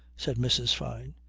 said mrs. fyne.